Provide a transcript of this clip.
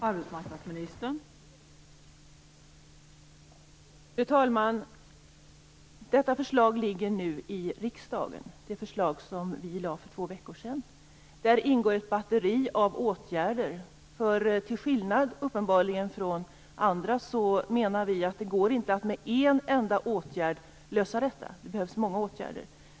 Fru talman! Detta förslag ligger nu i riksdagen. Vi lade fram det för två veckor sedan. Där ingår ett batteri av åtgärder. Uppenbarligen till skillnad från andra menar vi nämligen att det inte går att med en enda åtgärd lösa detta. Det behövs många åtgärder.